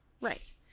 Right